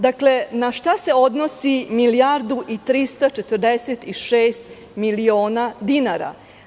Dakle, na šta se odnosi milijardu i 346 miliona dinara?